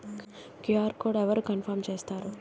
QR code అవరు confirm చేస్తారు?